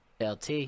LT